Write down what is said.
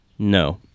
No